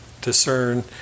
discern